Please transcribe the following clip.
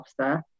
Officer